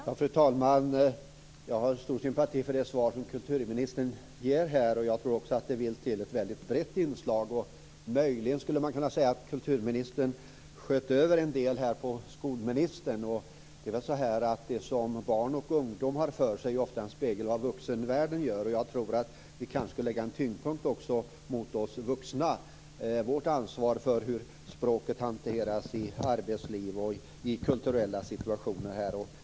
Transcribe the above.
Fru talman! Jag har stor sympati för det svar som kulturministern ger här. Jag tror också att det vill till ett väldigt brett inslag. Möjligen skulle man kunna säga att kulturministern sköt över en del på skolministern. Det som barn och ungdomar har för sig är ofta en spegel av det vuxenvärlden gör, och vi kanske skall lägga en tyngdpunkt också på oss vuxna och vårt ansvar för hur språket hanteras i arbetsliv och kulturella situationer.